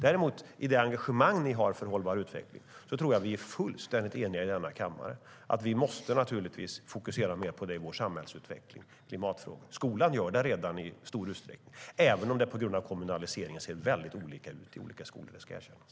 När det gäller det engagemang ni har för hållbar utveckling tror jag däremot att vi är fullständigt eniga i kammaren om att vi i vår samhällsutveckling måste fokusera mer på klimatfrågan. Skolan gör redan det i stor utsträckning, även om det på grund av kommunaliseringen ser olika ut i olika skolor. Det ska erkännas.